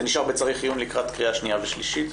לקראת קריאה שנייה ושלישית.